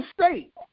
state